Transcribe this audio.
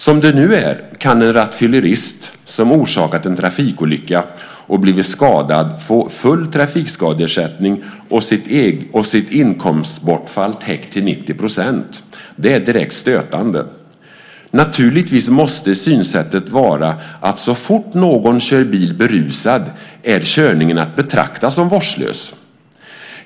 Som det nu är kan en rattfyllerist, som orsakat en trafikolycka och blivit skadad, få full trafikskadeersättning och sitt inkomstbortfall täckt till 90 %. Det är direkt stötande. Naturligtvis måste synsättet vara att så fort någon kör bil berusad är körningen att betrakta som vårdslös.